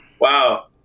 wow